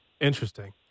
Interesting